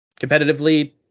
Competitively